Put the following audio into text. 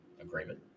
agreement